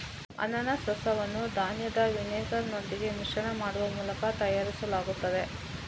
ಅನಾನಸ್ ರಸವನ್ನು ಧಾನ್ಯದ ವಿನೆಗರಿನೊಂದಿಗೆ ಮಿಶ್ರಣ ಮಾಡುವ ಮೂಲಕ ತಯಾರಿಸಲಾಗುತ್ತದೆ